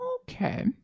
okay